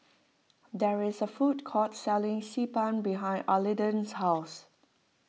there is a food court selling Xi Ban behind Arlington's house